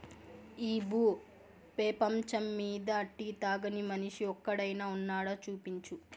ఈ భూ పేపంచమ్మీద టీ తాగని మనిషి ఒక్కడైనా వున్నాడా, చూపించు